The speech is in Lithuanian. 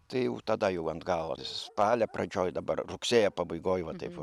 tai jau tada jau ant galo spalio pradžioj dabar rugsėjo pabaigoj va taip va